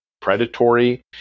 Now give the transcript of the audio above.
predatory